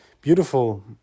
Beautiful